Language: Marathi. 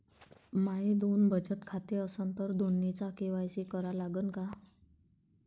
माये दोन बचत खाते असन तर दोन्हीचा के.वाय.सी करा लागन का?